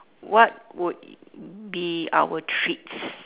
what would be our treats